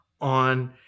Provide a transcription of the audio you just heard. on